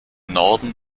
norden